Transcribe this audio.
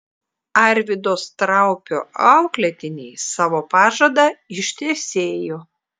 arvydo straupio auklėtiniai savo pažadą ištesėjo